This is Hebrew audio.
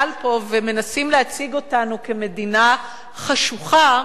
פה ומנסים להציג אותנו כמדינה חשוכה,